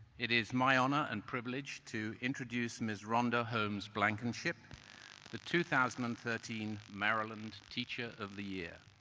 it is my honor and privilege to introduce ms. rhonda holmes-blankenship, the two thousand and thirteen maryland teacher of the year.